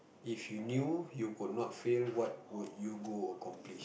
if you knew you could not fail what would you go accomplish